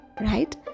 Right